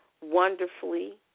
wonderfully